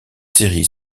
série